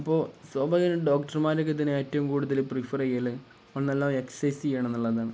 അപ്പോള് സ്വാഭാവികമായും ഡോക്ടർമാരൊക്ക ഇതിന് ഏറ്റവും കൂടുതല് പ്രിഫറെയ്യല് നല്ല എക്സർസൈസ് ചെയ്യണം എന്നുള്ളതാണ്